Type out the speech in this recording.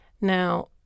Now